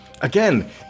again